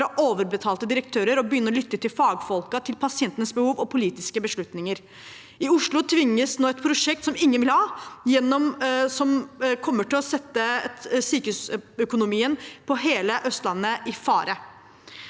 overbetalte direktører og begynne å lytte til fagfolkene, til pasientenes behov og til politiske beslutninger. I Oslo tvinges det nå gjennom et prosjekt som ingen vil ha, og som kommer til å sette sykehusøkonomien på hele Østlandet i fare.